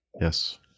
Yes